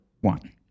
One